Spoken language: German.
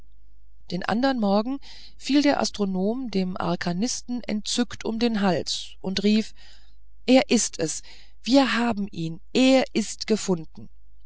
den andern morgen fiel der astronom dem arkanisten entzückt um den hals und rief er ist es wir haben ihn er ist gefunden